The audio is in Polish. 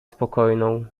spokojną